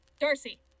Darcy